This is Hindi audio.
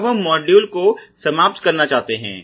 अब हम इस मॉड्यूल को समाप्त करना चाहते हैं